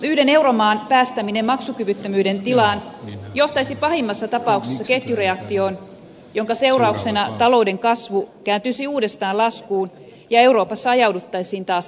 yhden euromaan päästäminen maksukyvyttömyyden tilaan johtaisi pahimmassa tapauksessa ketjureaktioon jonka seurauksena talouden kasvu kääntyisi uudestaan laskuun ja euroopassa ajauduttaisiin taas taantumaan